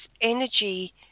energy